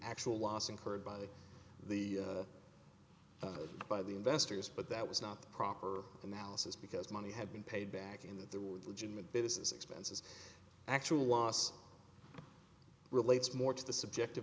actual loss incurred by the by the investors but that was not the proper analysis because money had been paid back in that there were legitimate business expenses actual loss relates more to the subject